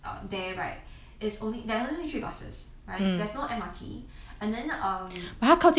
err there right it's only there's only three buses right there's no M_R_T and then um how causing tiong bahru mah